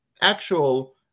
actual